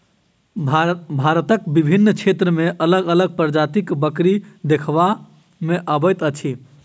भारतक विभिन्न क्षेत्र मे अलग अलग प्रजातिक बकरी देखबा मे अबैत अछि